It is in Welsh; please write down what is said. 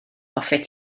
hoffet